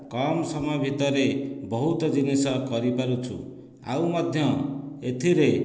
କମ୍ ସମୟ ଭିତରେ ବହୁତ ଜିନିଷ କରିପାରୁଛୁ ଆଉ ମଧ୍ୟ ଏଥିରେ